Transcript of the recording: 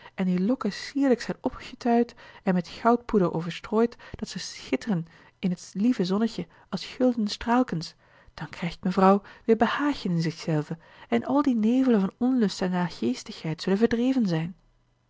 en die lokken sierlijk zijn opgetuit en met goudpoeder overstrooid dat ze schitteren in t lieve zonnetje als gulden straalkens dan krijgt mevrouw weer behagen in zich zelve en al die nevelen van onlust en naargeestigheid zullen verdreven zijn